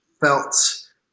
felt